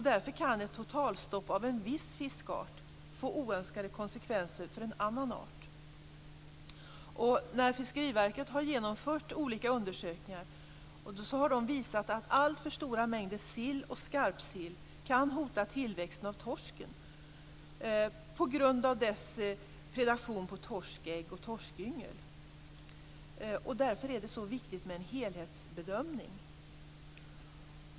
Därför kan ett totalstopp av en viss fiskart få oönskade konsekvenser för en annan art. Fiskeriverket har genomfört olika undersökningar, som har visat att alltför stora mängder sill och skarpsill kan hota tillväxten av torsken på grund av dessas predation när det gäller torskägg och torskyngel. Därför är det så viktigt med en helhetsbedömning.